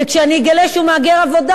וכשאני אגלה שהוא מהגר עבודה,